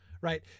right